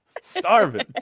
Starving